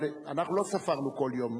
אבל אנחנו לא ספרנו כל יום,